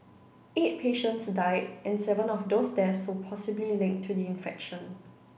eight patients died and seven of those deaths were possibly linked to the infection